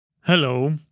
Hello